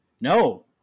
no